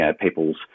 people's